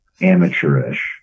amateurish